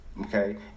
okay